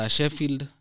Sheffield